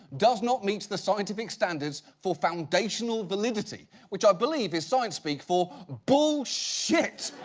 does not meet the scientific standards for foundational validity. which i believe, is science speak for bullshit!